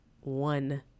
one